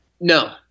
No